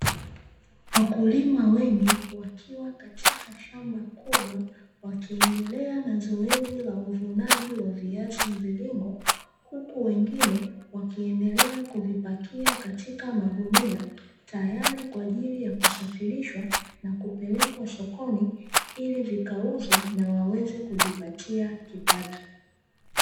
Wakulima wengi wakiwa katika shamba kubwa wakiendelea na zoezi la uvunaji wa viazi mviringo, huku wengine wakiendelea kuvipakia katika magunia, tayari kwa ajili ya kusafirishwa na kupelekwa sokoni, ili vikauzwe na waweze kujipatia kipato.